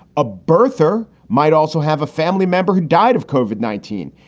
a birther might also have a family member who died of covid nineteen.